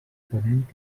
ponent